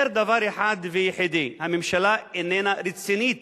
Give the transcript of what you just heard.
אומר דבר אחד ויחידי: הממשלה איננה רצינית